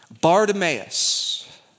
Bartimaeus